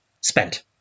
spent